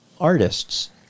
artists